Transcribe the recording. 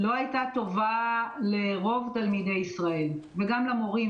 לא הייתה טובה לרוב תלמידי ישראל וגם למורים,